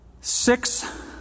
six